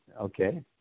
Okay